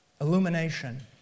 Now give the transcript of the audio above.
Illumination